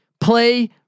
Play